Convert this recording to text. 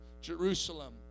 Jerusalem